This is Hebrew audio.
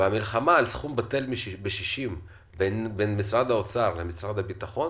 המלחמה על סכום בטל בשישים בין משרד האוצר למשרד הביטחון